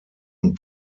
und